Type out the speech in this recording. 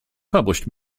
published